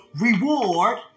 reward